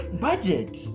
Budget